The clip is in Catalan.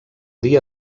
dia